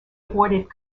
avoided